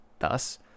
Thus